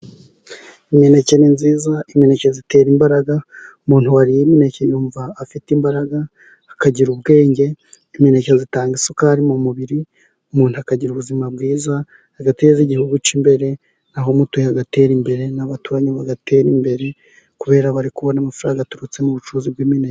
Imineke ni myiza, imineke itera imbaraga, umuntu wariye imineke yumva afite imbaraga akagira ubwenge, imineke itanga isukari mu mubiri, umuntu akagira ubuzima bwiza, agateza igihugu cye imbere, aho umuturage atera imbere, n'abaturageranyi bagatera imbere, kubera bari kubona amafaranga aturutse mu bucuruzi bw'imineke.